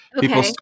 people